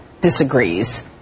disagrees